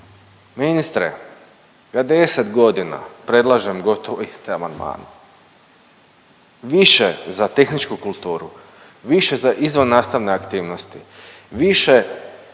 Ministre ja 10 godina predlažem gotovo iste amandmane, više za tehničku kulturu, više za izvannastavne aktivnosti, više